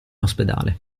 ospedale